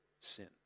sin